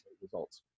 results